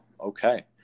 okay